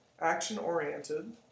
action-oriented